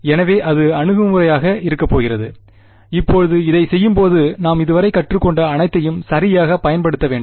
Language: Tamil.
எனவே அது அணுகுமுறையாக இருக்கப் போகிறது இப்போது இதைச் செய்யும்போது நாம் இதுவரை கற்றுக்கொண்ட அனைத்தையும் சரியாகப் பயன்படுத்த வேண்டும்